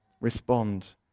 Respond